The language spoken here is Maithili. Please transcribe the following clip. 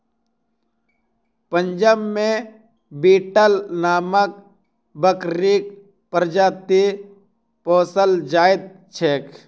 पंजाब मे बीटल नामक बकरीक प्रजाति पोसल जाइत छैक